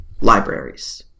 libraries